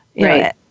Right